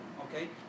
okay